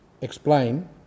explain